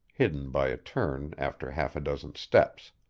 hidden by a turn after half a dozen steps.